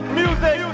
music